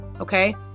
Okay